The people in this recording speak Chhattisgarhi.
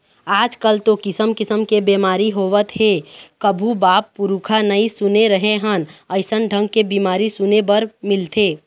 आजकल तो किसम किसम के बेमारी होवत हे कभू बाप पुरूखा नई सुने रहें हन अइसन ढंग के बीमारी सुने बर मिलथे